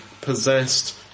possessed